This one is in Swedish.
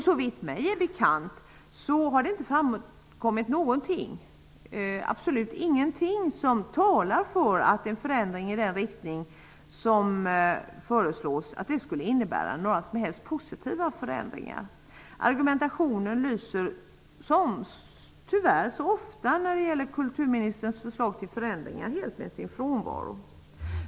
Såvitt mig är bekant har det inte framkommit någonting alls som talar för att en förändring i den riktning som föreslås skulle ge några som helst positiva förändringar. Argumentationen lyser, som tyvärr så ofta när det gäller kulturministerns förslag till förändringar, helt med sin frånvaro.